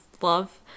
love